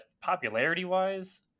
popularity-wise